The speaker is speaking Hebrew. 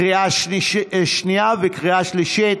לקריאה שנייה וקריאה שלישית.